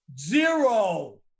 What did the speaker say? zero